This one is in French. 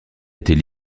était